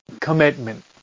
commitment